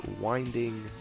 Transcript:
winding